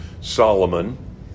Solomon